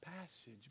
passage